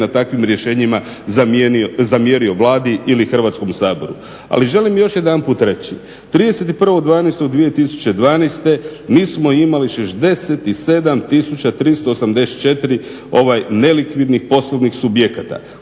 na takvim rješenjima zamjerio Vladi ili Hrvatskom saboru. Ali želim još jedanput reći, 31.12.2012. mi smo imali 67 tisuća 384 nelikvidnih poslovnih subjekata